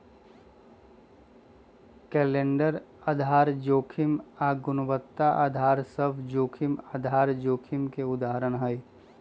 calendar आधार जोखिम आऽ गुणवत्ता अधार सभ जोखिम आधार जोखिम के उदाहरण हइ